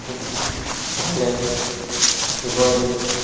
বহুত ভালেই আহিব এদিন